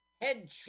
head